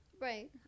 right